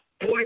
boy